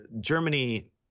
Germany